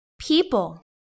people